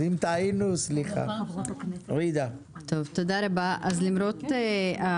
אז למרות מה